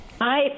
Hi